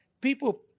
people